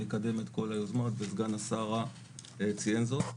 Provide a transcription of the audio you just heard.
לקדם את כל היוזמה וסגן השרה ציין זאת.